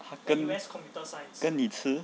跟你吃